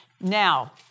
Now